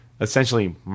Essentially